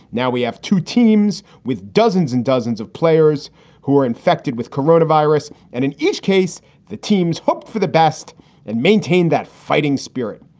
now we have two teams with dozens and dozens of players who are infected with coronavirus. and in each case, the teams hope for the best and maintain that fighting spirit,